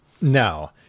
No